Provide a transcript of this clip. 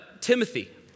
Timothy